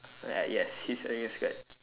uh yes he's wearing a skirt